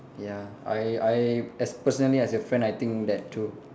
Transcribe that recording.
ya I I as personally as a friend I think that too